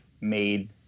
made